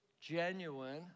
genuine